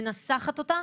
מנסחת אותה,